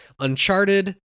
Uncharted